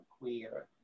queer